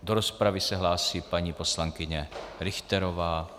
Do rozpravy se hlásí paní poslankyně Richterová.